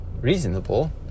reasonable